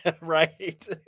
Right